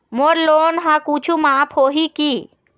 मोर loan हा कुछू माफ होही की?